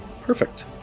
perfect